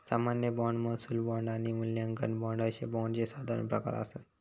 सामान्य बाँड, महसूल बाँड आणि मूल्यांकन बाँड अशे बाँडचे साधारण प्रकार आसत